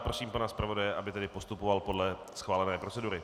Prosím pana zpravodaje, aby postupoval podle schválené procedury.